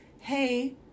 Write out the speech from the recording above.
hey